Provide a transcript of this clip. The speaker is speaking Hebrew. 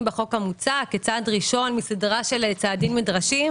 בחוק המוצע כצעד ראשון מסדרה של צעדים נדרשים,